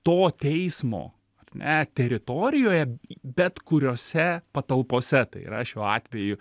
to teismo ar ne teritorijoje bet kuriose patalpose tai yra šiuo atveju